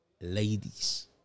ladies